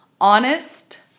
honest